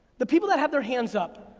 the people that have their hands up,